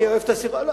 אני אוהב את השיחה?